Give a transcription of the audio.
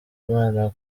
imana